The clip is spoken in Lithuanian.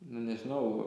nu nežinau